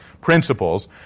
principles